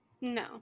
no